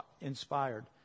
inspired